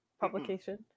publication